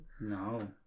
No